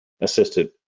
assisted